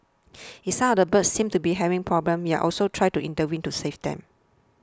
if some of the birds seem to be having problems you are also try to intervene to save them